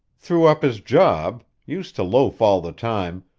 threw up his job, used to loaf all the time,